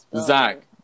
Zach